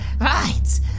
right